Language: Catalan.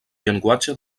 llenguatge